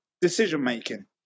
decision-making